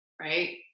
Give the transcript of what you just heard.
right